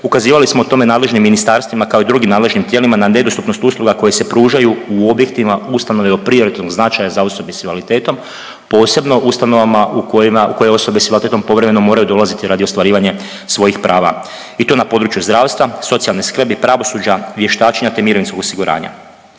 ukazivali smo o tome nadležnim ministarstvima kao i drugim nadležnim tijelima na nedostupnost usluga koje se pružaju u objektima ustanove od …/Govornik se ne razumije./… značaja za osobe s invaliditetom posebno ustanovama u kojima, koje osobe s invaliditetom povremeno moraju dolaziti radi ostvarivanja svojih prava i to na području zdravstva, socijalne skrbi, pravosuđa, vještačenja te mirovinskog osiguranja.